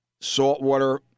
saltwater